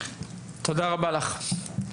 תודה רבה לך.